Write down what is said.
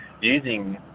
using